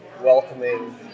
welcoming